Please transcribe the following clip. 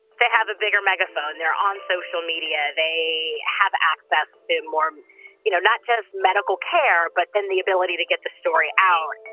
they have a bigger megaphone. they're on social media. they have access to more you know not just medical care, but then the ability to get the story out